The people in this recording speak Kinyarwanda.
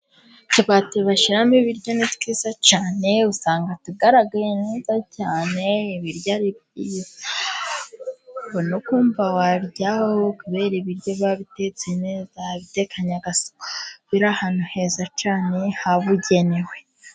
Utubati bashyiramo ibiryo ni twi cyane, usanga tugaragaye neza cyane, ibiryo aribyiza. Nokumva waryaho, kubera ibiryo biba bitetse neza, bitekanye agasukari bira ahantu heza cyane biri ahabugenewe.